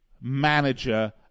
manager